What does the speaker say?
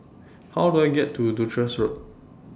How Do I get to Duchess Road